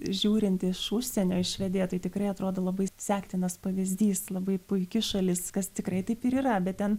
žiūrint iš užsienio į švediją tai tikrai atrodo labai sektinas pavyzdys labai puiki šalis kas tikrai taip ir yra bet ten